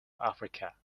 africa